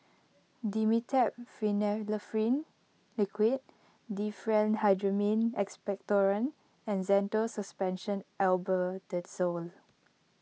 Dimetapp Phenylephrine Liquid Diphenhydramine Expectorant and Zental Suspension Albendazole